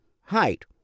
height